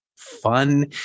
Fun